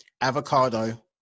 Avocado